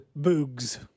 Boogs